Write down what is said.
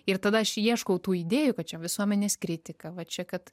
ir tada aš ieškau tų idėjų kad čia visuomenės kritika va čia kad